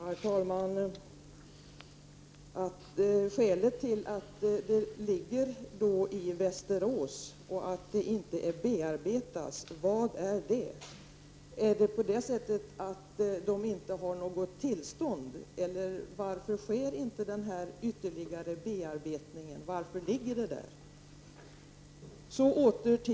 Herr talman! Vad är skälet till att det här materialet ligger i Västerås och att det inte bearbetas? Är det på det sättet att det saknas tillstånd? Varför sker inte den här ytterligare bearbetningen? Varför ligger materialet i Västerås? Så något om Ranstad.